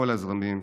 כל הזרמים,